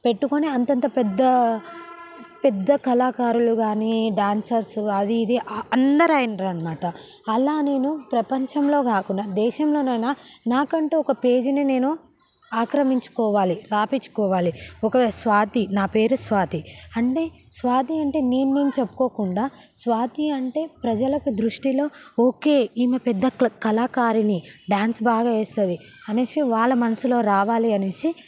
పెట్టుకొని అంత అంత పెద్ద పెద్ద కళాకారులు కాని డాన్సర్స్ అది ఇది అందరూ అయిడ్రు అనమాట అలా నేను ప్రపంచంలో కాకుండా దేశంలోనైనా నాకంటూ ఒక పేజీని నేను ఆక్రమించుకోవాలి రాయించుకోవాలి ఒక స్వాతి నా పేరు స్వాతి అంటే స్వాతి అంటే నేను నేను చెప్పుకోకుండా స్వాతి అంటే ప్రజలకు దృష్టిలో ఓకే ఈమె పెద్ద కళాకారిణి డాన్స్ బాగా వేస్తుంది అనేసి వాళ్ళ మనసులో రావాలి అనేసి